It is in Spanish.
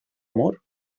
amor